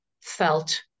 felt